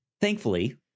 thankfully